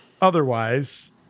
otherwise